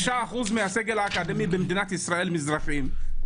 6% מהסגל האקדמי במדינת ישראל מזרחיים,